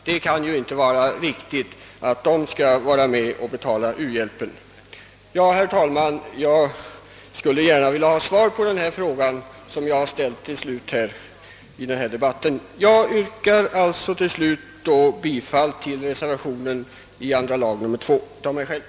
Det kan inte vara riktigt att de ensamma skall betala u-hjälpen. Jag skulle gärna vilja ha ett svar på den fråga jag nyss ställde. Herr talman! Jag yrkar till slut bifall till min reservation vid andra lagutskottets utlåtande nr 2.